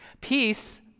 Peace